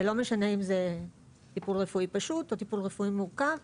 ולא משנה אם זה טיפול רפואי פשוט או טיפול רפואי מורכב,